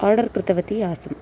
order कृतवती आसीत्